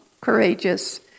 courageous